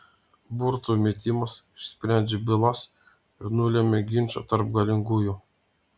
burtų metimas išsprendžia bylas ir nulemia ginčą tarp galingųjų